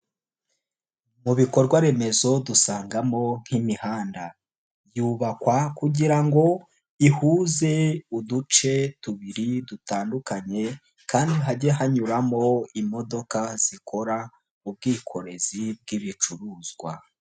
Mu bikorwa remezo dusangamo nk'imihanda, yubakwa kugira ngo ihuze uduce tubiri dutandukanye kandi hajye hanyuramo imodoka zikora ubwikorezi bw'ibicuruzwa.